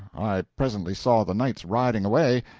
i presently saw the knights riding away,